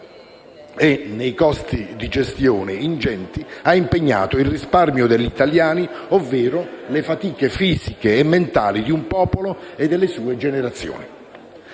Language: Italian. ingenti costi di gestione ha impegnato il risparmio degli italiani, ovvero le fatiche fisiche e mentali di un popolo e delle sue generazioni.